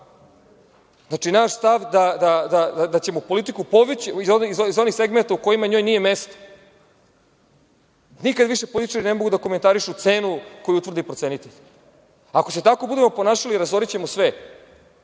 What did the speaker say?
pamet. Naš stav da ćemo politiku povući iz onih segmenata u kojima njoj nije mesto, nikad više političari ne mogu da komentarišu cenu koju utvrde procenitelji. Ako se tako budemo ponašali, razorićemo sve. Na